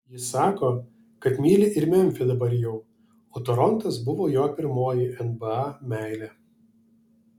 jis sako kad myli ir memfį dabar jau o torontas buvo jo pirmoji nba meilė